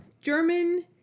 German